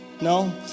No